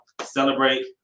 celebrate